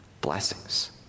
blessings